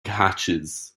hatches